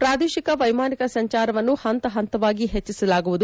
ಪ್ರಾದೇಶಿಕ ವೈಮಾನಿಕ ಸಂಚಾರವನ್ನು ಹಂತ ಹಂತವಾಗಿ ಹೆಚ್ಚಿಸಲಾಗುವುದು